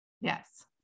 Yes